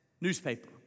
newspaper